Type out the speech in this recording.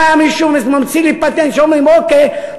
אם היה מישהו ממציא לי פטנט שאומרים: אוקיי,